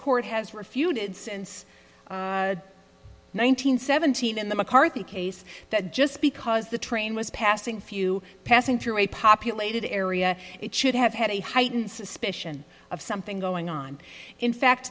court has refuted since one thousand nine hundred seventeen in the mccarthy case that just because the train was passing few passing through a populated area it should have had a heightened suspicion of something going on in fact